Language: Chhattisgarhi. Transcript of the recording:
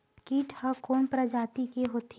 कीट ह कोन प्रजाति के होथे?